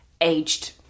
aged